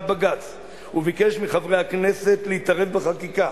בג"ץ וביקש מחברי הכנסת להתערב בחקיקה.